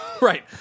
Right